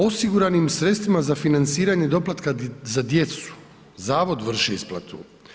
Osiguranim sredstvima za financiranje doplatka za djecu, zavod vrši isplatu.